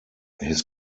his